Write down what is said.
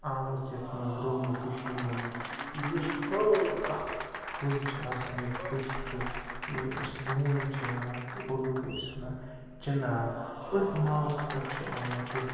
آمٕژ یَتھ منٛز رُونہٕ کٔشیٖرِ منٛز یُس بٔڑ اَکھ کُل چھِ آسان یَتھ کٲشِر پٲٹھۍ یہِ أسۍ بوٗنۍ چھِ وَنان تہٕ اُردو پٲٹھۍ چھِ وَنان چِنار أتھۍ ناوَس پٮ۪ٹھ چھُ آمُت یَتھ